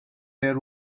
there